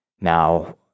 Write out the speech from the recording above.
Now